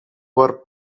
were